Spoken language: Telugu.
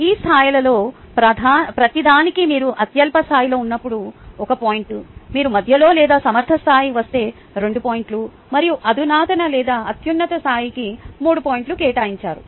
ఈ స్థాయిలలో ప్రతిదానికీ మీరు అత్యల్ప స్థాయిలో ఉన్నప్పుడు ఒక పాయింట్ మీరు మధ్యలో లేదా సమర్థ స్థాయికి వస్తే రెండు పాయింట్లు మరియు అధునాతన లేదా అత్యున్నత స్థాయికి మూడు పాయింట్లు కేటాయించారు